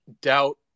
doubt